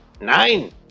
Nein